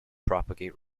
propagate